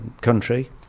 country